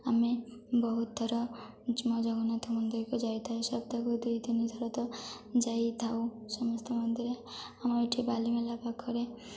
ଆମେ ବହୁତ ଥର ଜୟ ଜଗନ୍ନାଥ ମନ୍ଦିରକୁ ଯାଇଥାଉ ସପ୍ତାହକୁ ଦୁଇ ତିନି ଥର ତ ଯାଇଥାଉ ସମସ୍ତେ ମନ୍ଦିରରେ ଆମ ଏଇଠି ବାଲିମେଳା ପାଖରେ